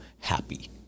happy